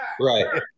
Right